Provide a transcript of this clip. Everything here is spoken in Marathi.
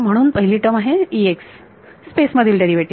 म्हणून पहिली टर्म आहे स्पेस मधील डेरिवेटिव